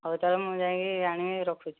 ହଉ ମୁଁ ତା'ହେଲେ ଯାଇକି ଆଣିବି ରଖୁଛି